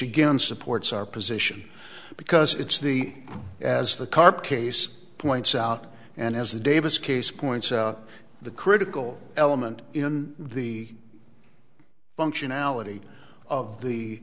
again supports our position because it's the as the carcase points out and as the davis case points out the critical element in the functionality of the